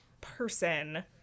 person